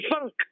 funk